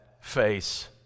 face